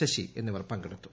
ശശിഎന്നിവർ പങ്കെടുത്തു